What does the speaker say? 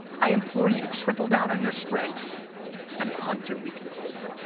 i implore you to triple down on your strengths and punt your weaknesses.